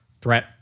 threat